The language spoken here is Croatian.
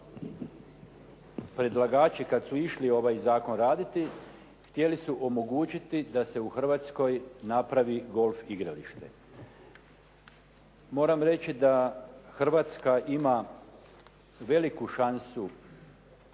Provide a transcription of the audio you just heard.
Znači, predlagači kad su išli ovaj zakon raditi htjeli su omogućiti da se u Hrvatskoj napravi golf igralište. Moram reći da Hrvatska ima veliku šansu